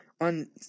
On